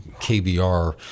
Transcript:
KBR